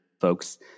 folks